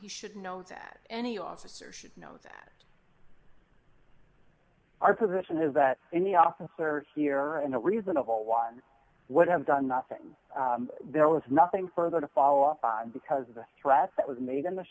he should know that any officer should know that our position is that any officer here and a reasonable one would have done nothing there was nothing further to fall off on because of the threat that was made in the